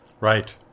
Right